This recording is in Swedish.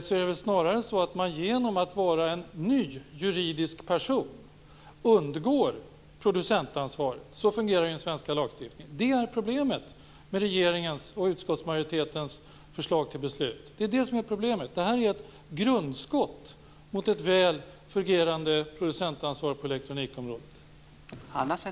Men det är nog snarare så att man genom att vara en ny juridisk person undgår producentansvaret. Så fungerar den svenska lagstiftningen, och det är problemet med regeringens och utskottsmajoritetens förslag till beslut. Det är ett grundskott mot ett väl fungerande producentansvar på elektronikområdet.